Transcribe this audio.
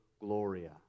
Gloria